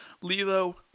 Lilo